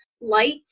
light